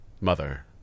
mother